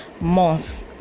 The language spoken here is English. month